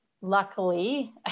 luckily